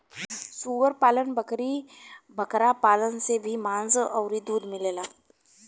सूअर पालन, बकरी बकरा पालन से भी मांस अउरी दूध मिलेला